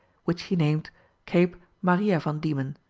which he named cape maria van-diemen,